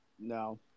No